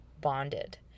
bonded